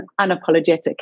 unapologetic